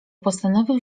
postanowił